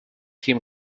tim